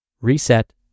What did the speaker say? reset